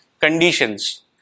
conditions